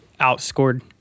outscored